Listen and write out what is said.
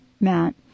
Matt